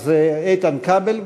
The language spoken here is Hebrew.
אז איתן כבל.